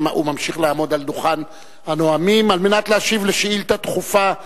הוא ממשיך לעמוד על דוכן הנואמים על מנת להשיב על שאילתא דחופה מס'